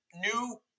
new